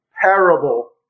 parable